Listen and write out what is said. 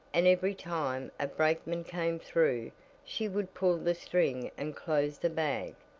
and every time a brakeman came through she would pull the string and close the bag.